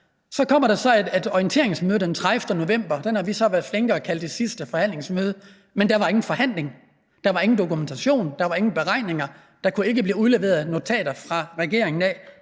Så kommer der så et orienteringsmøde den 30. november. Det har vi så været flinke at kalde det sidste forhandlingsmøde, men der var ingen forhandling, der var ingen dokumentation, der var ingen beregninger, og der kunne ikke blive udleveret notater fra regeringen til